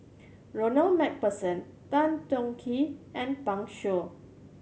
Ronald Macpherson Tan Tong Hye and Pan Shou